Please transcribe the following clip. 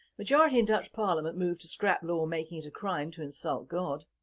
majority in dutch parliament move to scrap law making it a crime to insult god